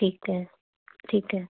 ਠੀਕ ਹੈ ਠੀਕ ਹੈ